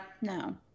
No